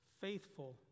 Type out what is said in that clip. faithful